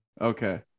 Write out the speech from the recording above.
Okay